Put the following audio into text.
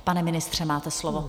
Pane ministře, máte slovo.